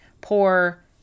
poor